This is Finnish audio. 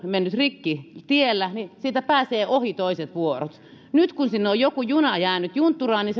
mennyt rikki tiellä niin siitä pääsevät ohi toiset vuorot nyt kun sinne on joku juna jäänyt juntturaan niin